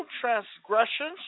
transgressions